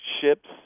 ships